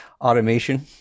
automation